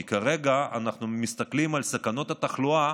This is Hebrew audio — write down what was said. כי כרגע אנחנו מסתכלים על סכנות התחלואה